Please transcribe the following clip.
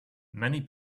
many